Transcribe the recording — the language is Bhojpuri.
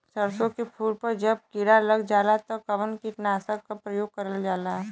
सरसो के फूल पर जब किड़ा लग जाला त कवन कीटनाशक क प्रयोग करल जाला?